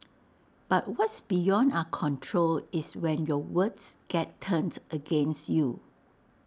but what's beyond are control is when your words get turned against you